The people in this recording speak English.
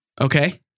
Okay